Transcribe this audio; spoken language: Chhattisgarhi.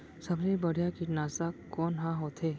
सबले बढ़िया कीटनाशक कोन ह होथे?